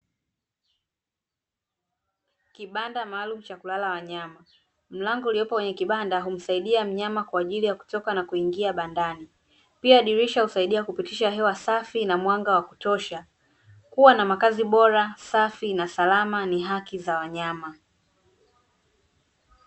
Kibanda maalumu cha kulala wanyama, mlango uliopo kwenye kibanda humsaidia mnyama kwaajili ya kutoka na kuingia bandani. Pia dirisha husaidia kupitisha hewa safi na mwanga wa kutosha, kuwa na makazi bora, safi na salama ni haki za wanyama.